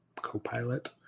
Copilot